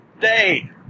Day